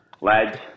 Lads